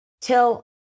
till